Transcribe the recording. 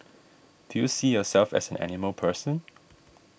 do you see yourself as an animal person